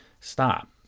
stop